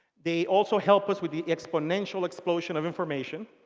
they also help us with the exponential explosion of information.